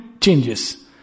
changes